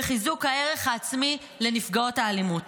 וחיזוק הערך העצמי לנפגעות האלימות.